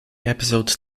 episode